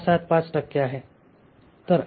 675 टक्के आहे